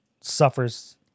suffers